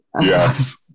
Yes